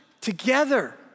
together